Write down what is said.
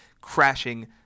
crashing